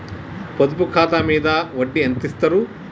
పొదుపు ఖాతా మీద వడ్డీ ఎంతిస్తరు?